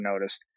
noticed